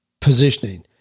positioning